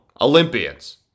Olympians